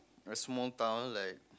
a small town like